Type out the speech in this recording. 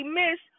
miss